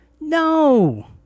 No